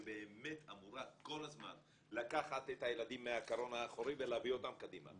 שבאמת אמורה כל הזמן לקחת את הילדים מהקרון האחורי ולהביא אותם קדימה.